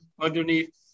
underneath